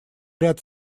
ряд